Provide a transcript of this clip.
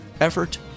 effort